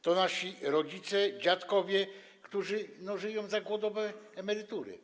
To nasi rodzice, dziadkowie, którzy żyją za głodowe emerytury.